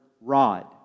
rod